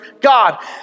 God